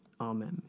Amen